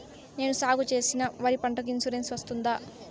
నేను సాగు చేసిన వరి పంటకు ఇన్సూరెన్సు వస్తుందా?